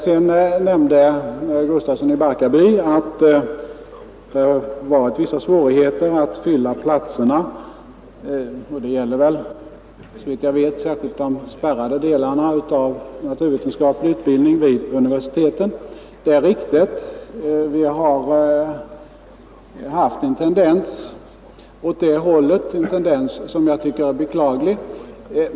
Sedan nämnde herr Gustafsson i Barkarby att det varit vissa svårigheter att fylla platserna. Detta gäller såvitt jag vet särskilt de spärrade delarna av naturvetenskaplig utbildning vid universiteten. Det är riktigt; vi har haft en tendens åt det hållet, en tendens som jag tycker är beklaglig.